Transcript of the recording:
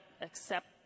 accept